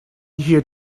here